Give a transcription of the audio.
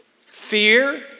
fear